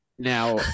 now